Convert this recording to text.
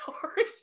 sorry